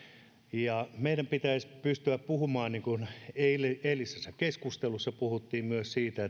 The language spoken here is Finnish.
ja meidän pitäisi pystyä puhumaan niin kuin eilisessä keskustelussa puhuttiin myös siitä